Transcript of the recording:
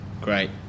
Great